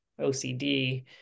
OCD